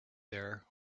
there